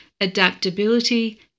adaptability